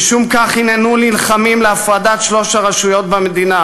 משום כך הננו נלחמים להפרדת שלוש הרשויות במדינה